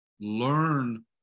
learn